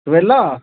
सवेल्ला